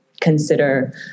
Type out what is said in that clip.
consider